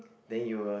then you will